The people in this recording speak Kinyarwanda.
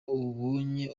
ubonye